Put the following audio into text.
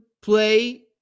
play